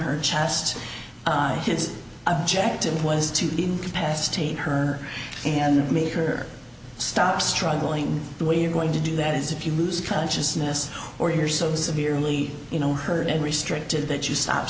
her chest his objective was to incapacitate her and make her stop struggling the way you're going to do that is if you lose consciousness or you're so severely you know hurt and restricted that you stop